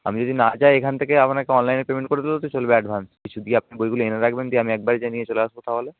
আমি যদি না যাই এখান থেকে আপনাকে অনলাইনে পেমেন্ট করে দিলেও তো চলবে অ্যাডভান্স কিছু দিয়ে আপনি বইগুলো এনে রাখবেন দিয়ে আমি একবারে গিয়ে নিয়ে চলে আসবো তাহলে